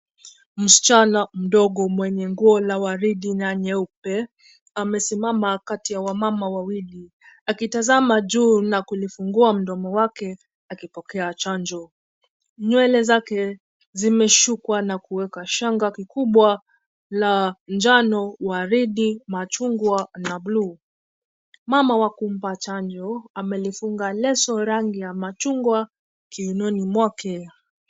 Msichana mdogo mwenye nguo la waridi na nyeupe, amesimama kati ya wamama wawili akitazama juu na kulifungua mdomo wake akipokea chanjo. Nywele zake zimeshukwa na kuwekwa shanga kikubwa la njano, waridi, machungwa na blue .Mama wa kumpa chanjo amelifunga leso rangi ya machungwa kiunoni mwake.